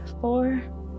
four